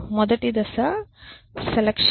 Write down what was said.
మొదటి దశ సెలక్షన్